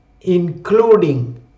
including